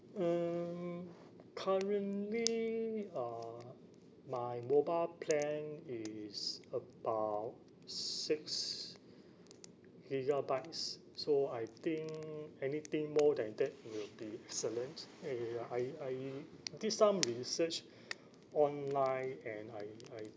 um currently uh my mobile plan is about six gigabytes so I think anything more than that will be excellent ah ya ya I I did some research online and I I